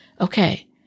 okay